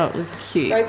was cute. rachel,